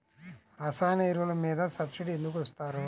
రసాయన ఎరువులు మీద సబ్సిడీ ఎందుకు ఇస్తారు?